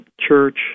church